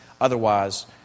otherwise